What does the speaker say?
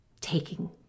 taking